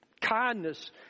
kindness